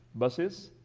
buses,